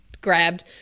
grabbed